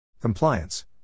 Compliance